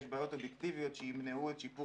יש בעיות אובייקטיביות שימנעו את שיפור